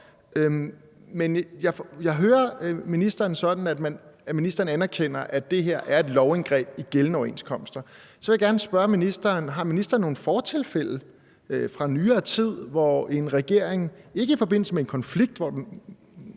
Men jeg hører ministeren sådan, at ministeren anerkender, at det her er et lovindgreb i gældende overenskomster. Så jeg vil gerne spørge ministeren: Har ministeren nogen fortilfælde fra nyere tid, hvor en regering, ikke i forbindelse med en konflikt, hvor en